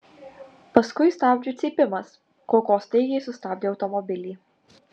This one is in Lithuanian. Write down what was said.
paskui stabdžių cypimas koko staigiai sustabdė automobilį